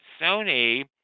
Sony